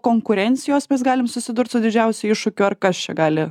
konkurencijos mes galim susidurt su didžiausiu iššūkiu ar kas čia gali